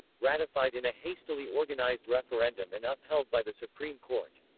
ratified in a hastily organized referendum and upheld by the supreme court.